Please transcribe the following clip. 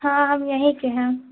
ہاں ہم یہیں کے ہیں